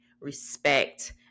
respect